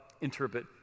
interpret